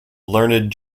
learned